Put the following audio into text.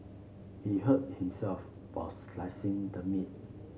he hurt himself while slicing the meat